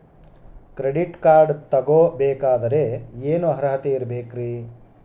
Credit card ತೊಗೋ ಬೇಕಾದರೆ ಏನು ಅರ್ಹತೆ ಇರಬೇಕ್ರಿ?